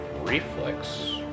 reflex